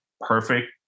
perfect